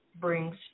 brings